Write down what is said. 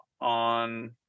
on